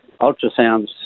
ultrasounds